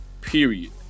Period